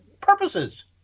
purposes